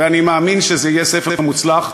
ואני מאמין שזה יהיה ספר מוצלח,